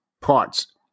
parts